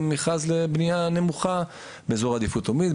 מכרז לבנייה נמוכה באזור עדיפות לאומית,